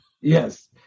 Yes